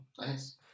Nice